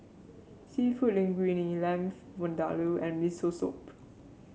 seafood Linguine Lamb Vindaloo and Miso Soup